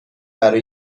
برای